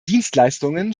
dienstleistungen